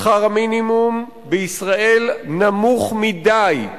שכר המינימום בישראל נמוך מדי,